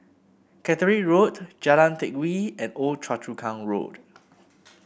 Caterick Road Jalan Teck Whye and Old Choa Chu Kang Road